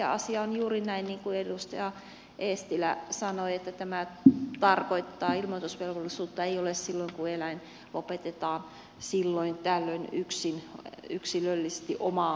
asia on juuri näin niin kuin edustaja eestilä sanoi että tämä tarkoittaa että ilmoitusvelvollisuutta ei ole silloin kun eläin lopetetaan silloin tällöin yksilöllisesti omaan käyttöön